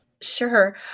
Sure